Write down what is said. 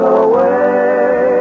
away